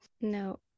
no